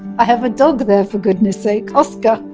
i have a dog there for goodness sake, oscar